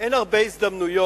אין הרבה הזדמנויות